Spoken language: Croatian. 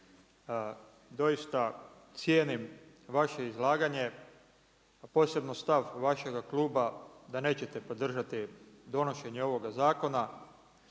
doista cijenim vaše izlaganje a posebno stav vašega kluba da nećete podržati donošenje ovoga zakona.